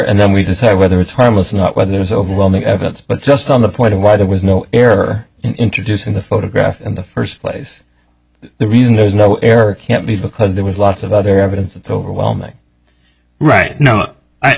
and then we decide whether it's harmless and whether there's overwhelming evidence but just on the point of why there was no error introduced in the photograph in the first place the reason there's no can't be because there was lots of other evidence it's overwhelming right no